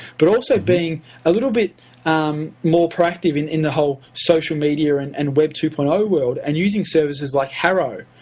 but also being a little bit um more proactive in in the whole social media and and web two point zero world, and using services like haro,